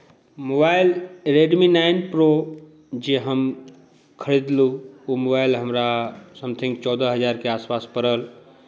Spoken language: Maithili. मोबाइल रेडमी नाइन प्रो जे हम खरीदलहुँ ओ मोबाइल हमरा समथिंग चौदह हजारके आसपास पड़ल